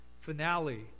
finale